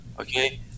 Okay